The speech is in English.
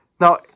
Now